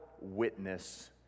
witness